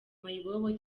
mayibobo